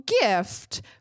gift